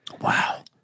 Wow